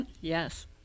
Yes